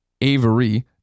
Avery